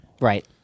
Right